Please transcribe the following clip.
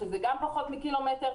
שזה גם פחות מקילומטר,